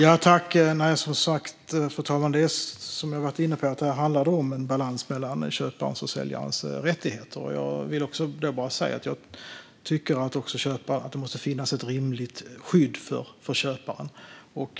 Fru talman! Som jag var inne på handlar det om en balans mellan köparens och säljarens rättigheter. Jag tycker att det måste finnas ett rimligt skydd för köparen.